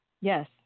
yes